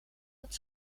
het